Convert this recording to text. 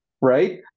right